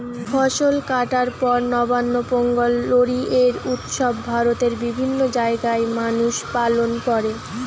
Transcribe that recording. ফসল কাটার পর নবান্ন, পোঙ্গল, লোরী এই উৎসব ভারতের বিভিন্ন জাগায় মানুষ পালন কোরে